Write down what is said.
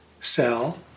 Cell